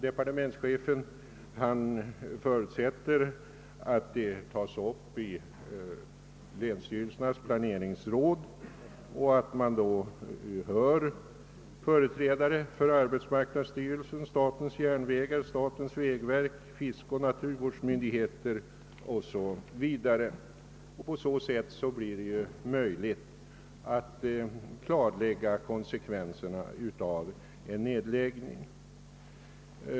Departementschefen förutsätter att de tas upp i länsstyrelsernas planeringsråd och att man då hör företrädare för arbetsmarknadsstyrelsen, statens järnvägar, statens vägverk, fiskeoch naturvårdsmyndigheter 0. s. v. På så sätt blir det möjligt att klarlägga konsekvenserna av en nedläggning.